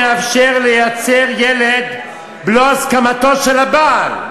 החוק מאפשר לייצר ילד בלא הסכמתו של הבעל.